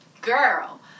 Girl